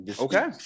Okay